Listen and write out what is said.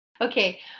Okay